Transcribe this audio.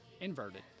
inverted